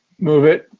move it.